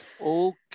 Okay